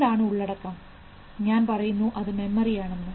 എന്താണ് ഉള്ളടക്കം ഞാൻ പറയുന്നു അത് മെമ്മറിയാണെന്ന്